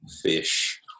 fish